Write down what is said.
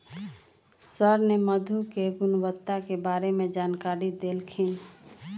sir ने मधु के गुणवत्ता के बारे में जानकारी देल खिन